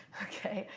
ok.